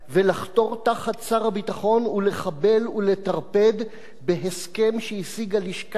ולחתור תחת שר הביטחון ולחבל ולטרפד בהסכם שהשיגה לשכת